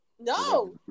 No